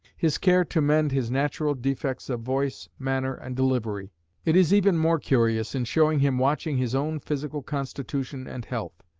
his care to mend his natural defects of voice, manner, and delivery it is even more curious in showing him watching his own physical constitution and health,